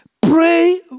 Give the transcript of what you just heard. Pray